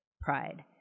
Pride